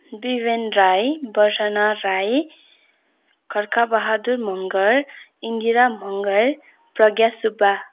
Deven Rai Varsana Rai Khadka Bahadur Magar Indira Magar Pragya Subba